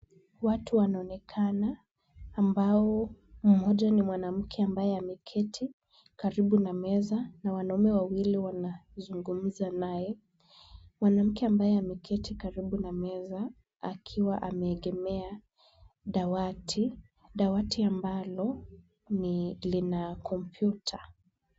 Watu wanaonekana ambao mmoja ni mwanamke ambaye ameketi karibu na meza na wanaume wawili wanazungumza naye. Mwanamke ambaye ameketi karibu na meza akiwa ameegemea dawati ambalo lina kompyuta.